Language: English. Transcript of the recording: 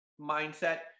mindset